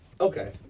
Okay